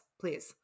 Please